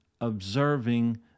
observing